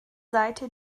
seite